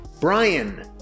Brian